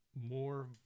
more